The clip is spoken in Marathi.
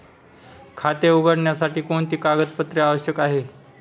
खाते उघडण्यासाठी कोणती कागदपत्रे आवश्यक आहे?